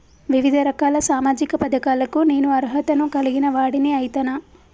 వివిధ రకాల సామాజిక పథకాలకు నేను అర్హత ను కలిగిన వాడిని అయితనా?